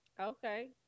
Okay